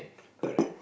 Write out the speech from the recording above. correct